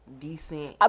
decent